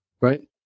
right